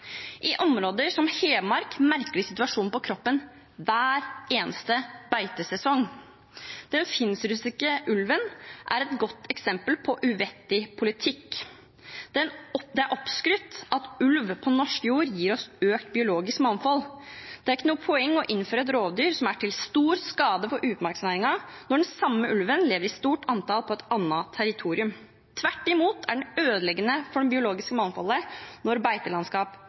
I områder som Hedmark merker vi situasjonen på kroppen hver eneste beitesesong. Den finsk-russiske ulven er et godt eksempel på uvettig politikk. Det er oppskrytt at ulv på norsk jord gir oss økt biologisk mangfold. Det er ikke noe poeng å innføre et rovdyr som er til stor skade for utmarksnæringen, når den samme ulven lever i stort antall på et annet territorium. Tvert imot er den ødeleggende for det biologiske mangfoldet når